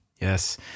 Yes